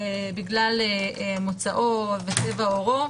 בגלל מוצאו וצבע עורו.